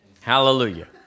Hallelujah